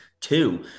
two